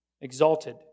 Exalted